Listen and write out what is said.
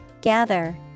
Gather